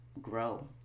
grow